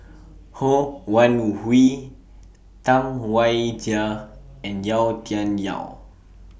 Ho Wan Hui Tam Wai Jia and Yau Tian Yau